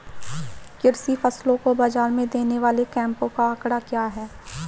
कृषि फसलों को बाज़ार में देने वाले कैंपों का आंकड़ा क्या है?